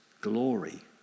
glory